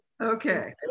Okay